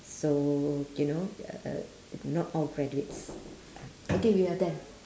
so you know uh not all graduates ah okay we are done